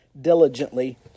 diligently